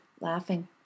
laughing